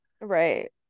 Right